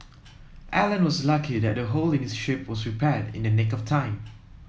Alan was lucky that the hole in his ship was repaired in the nick of time